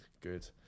good